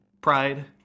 Pride